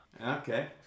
Okay